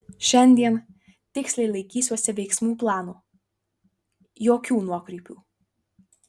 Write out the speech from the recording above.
šiandien tiksliai laikysiuosi veiksmų plano jokių nuokrypių